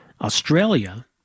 Australia